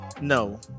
No